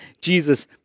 Jesus